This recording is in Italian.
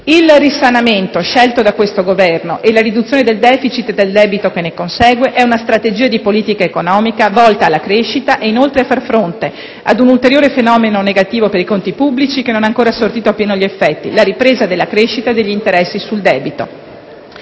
Il risanamento scelto da questo Governo e la riduzione del *deficit* del debito che ne consegue rappresentano una strategia di politica economica volta alla crescita e inoltre a fare fronte ad un ulteriore fenomeno negativo per i conti pubblici che non ha ancora sortito appieno i suoi effetti: la ripresa della crescita degli interessi sul debito.